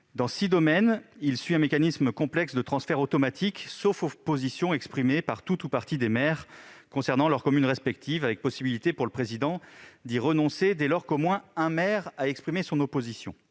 Dans six domaines, il existe un mécanisme complexe de transfert automatique, sauf opposition exprimée par tout ou partie des maires concernant leurs communes respectives, avec possibilité pour le président d'y renoncer dès lors qu'au moins un maire a exprimé son opposition.